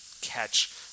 catch